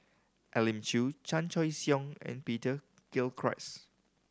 Elim Chew Chan Choy Siong and Peter Gilchrist